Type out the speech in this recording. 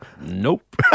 nope